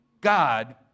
God